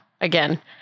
again